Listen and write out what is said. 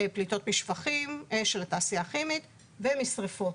פליטות משפכים של התעשייה הכימית ומשריפות,